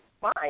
fine